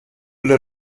les